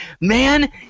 man